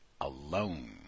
alone